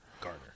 Garner